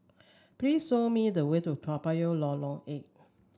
please show me the way to Toa Payoh Lorong Eight